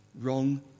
wrong